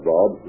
Bob